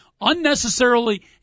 unnecessarily